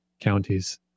counties